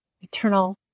eternal